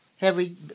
heavy